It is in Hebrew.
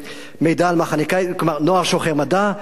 מידע על מחנה כלומר לנוער שוחר מדע,